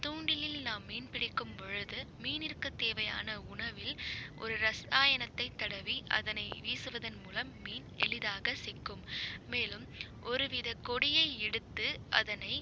தூண்டிலில் நாம் மீன் பிடிக்கும்பொழுது மீனிற்குத் தேவையான உணவில் ஒரு ரசாயனத்தைத் தடவி அதனை வீசுவதன் மூலம் மீன் எளிதாகச் சிக்கும் மேலும் ஒருவித கொடியை எடுத்து அதனை